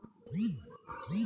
কত হেক্টর এলাকা এক একর হয়?